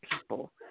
people